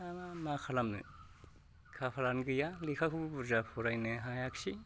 दाना मा खालामनो खाफालानो गैया लेखाखौबो बुरजा फरायनो हायाखिसै